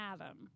Adam